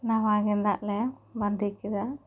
ᱱᱟᱣᱟ ᱜᱮᱸᱫᱟᱜ ᱞᱮ ᱵᱟᱸᱫᱮ ᱠᱮᱫᱟ